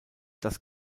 das